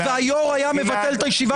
-- והיושב-ראש היה מבטל את הישיבה,